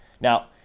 Now